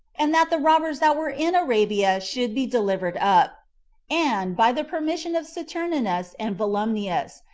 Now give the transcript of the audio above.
and that the robbers that were in arabia should be delivered up and, by the permission of saturninus and volumnius,